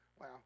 Wow